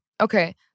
okay